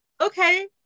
Okay